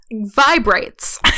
vibrates